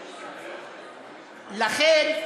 לכן,